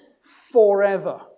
forever